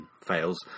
fails